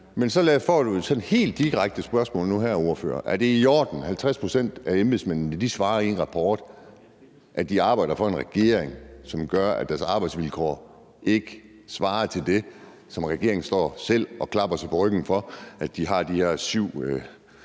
et sådan helt direkte spørgsmål nu her: Er det i orden, at 50 pct. af embedsmændene svarer i en rapport, at de arbejder for en regering, som bevirker, at deres arbejdsvilkår ikke svarer til det, som regeringen selv står og klapper sig på ryggen for, altså at de har det